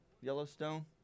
Yellowstone